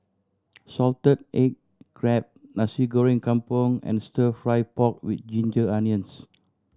salted egg crab Nasi Goreng Kampung and Stir Fry pork with ginger onions